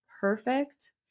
perfect